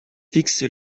fixe